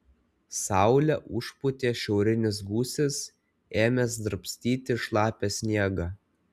saulę užpūtė šiaurinis gūsis ėmęs drabstyti šlapią sniegą